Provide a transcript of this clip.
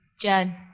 Judd